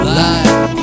life